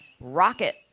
rocket